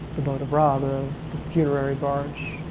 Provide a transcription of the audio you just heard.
the boat of ra, the the funerary barge,